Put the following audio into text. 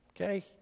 Okay